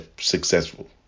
successful